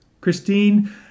Christine